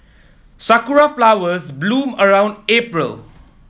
sakura flowers bloom around April